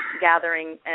gathering